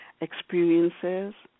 experiences